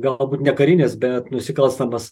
galbūt ne karines bet nusikalstamas